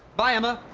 bye, emma!